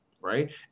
right